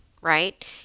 right